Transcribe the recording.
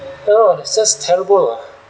you know it's just terrible uh